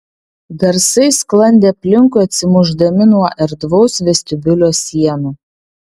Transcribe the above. garsai sklandė aplinkui atsimušdami nuo erdvaus vestibiulio sienų